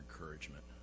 encouragement